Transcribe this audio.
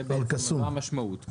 זו המשמעות.